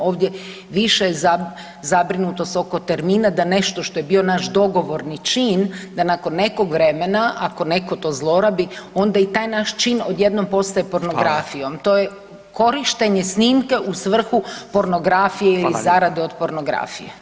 Ovdje više zabrinutost oko termina da nešto što je bio naš dogovorni čin, da nakon nekog vremena ako netko to zlorabi onda i taj naš čin odjednom postaje pornografijom [[Upadica: Hvala.]] to je korištenje snimke u svrhu pornografije ili zarade od pornografije.